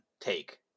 take